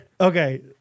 Okay